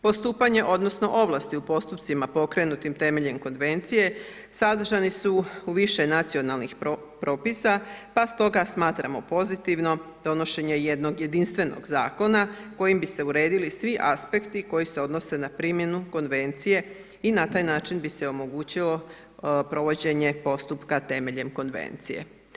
Postupanje odnosno ovlasti u postupcima pokrenutim temeljem Konvencije sadržani su u više nacionalnih propisa, pa stoga smatramo pozitivno donošenje jednog jedinstvenog zakona kojim bi se uredili svi aspekti koji se odnose na primjenu Konvencije i na taj način bi se omogućilo provođenje postupka temeljem Konvencije.